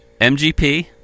MGP